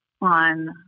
on